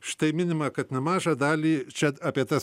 štai minima kad nemažą dalį čia apie tas